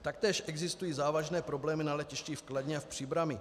Taktéž existují závažné problémy na letišti v Kladně a v Příbrami.